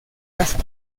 casa